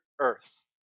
earth